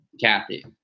Kathy